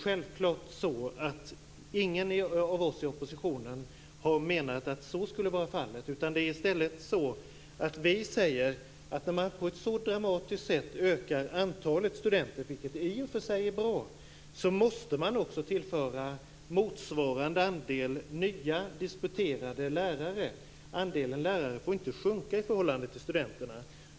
Självfallet har ingen av oss i oppositionen menat att så skulle vara fallet. Vi säger i stället att man måste tillföra motsvarande andel nya disputerade lärare när man ökar antalet studenter på ett så dramatiskt sätt, vilket i och för sig är bra. Andelen lärare får inte sjunka i förhållande till antalet studenter.